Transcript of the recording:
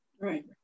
right